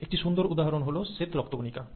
একটি সুন্দর উদাহরণ হল white blood cells